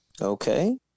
Okay